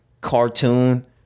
cartoon